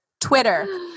Twitter